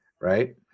right